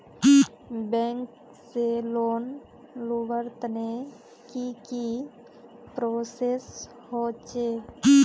Bank से loan लुबार तने की की प्रोसेस होचे?